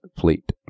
Fleet